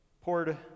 poured